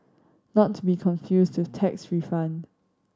not to be confused with tax refund